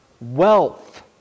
wealth